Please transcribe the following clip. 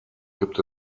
gibt